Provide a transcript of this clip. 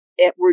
Edward